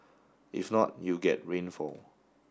if not you get rainfall